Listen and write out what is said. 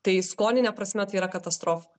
tai skonine prasme tai yra katastrofa